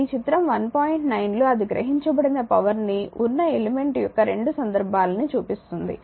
9 లో అది గ్రహించబడిన పవర్ ని ఉన్న ఎలిమెంట్ యొక్క 2 సందర్భాలని చూపిస్తుంది